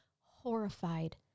horrified